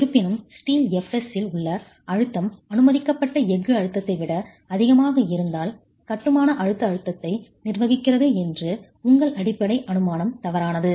இருப்பினும் steel fs ல் உள்ள அழுத்தம் அனுமதிக்கப்பட்ட எஃகு அழுத்தத்தை விட அதிகமாக இருந்தால் கட்டுமான அழுத்த அழுத்தத்தை நிர்வகிக்கிறது என்ற உங்கள் அடிப்படை அனுமானம் தவறானது